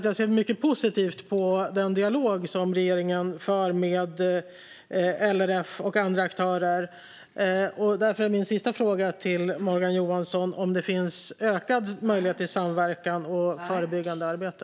Jag ser positivt på den dialog regeringen för med LRF och andra aktörer, och därför frågar jag Morgan Johansson: Finns det ökad möjlighet till samverkan och förebyggande arbete?